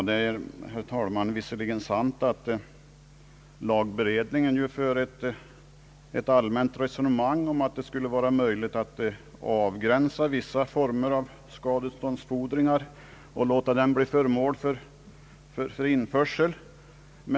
Herr talman! Det är visserligen sant att lagberedningen för ett allmänt resonemang om att det skulle vara möjligt att avgränsa vissa former av skadeståndsfordringar och låta dem bli föremål för införsel.